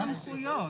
לא לתת סמכויות.